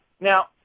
Now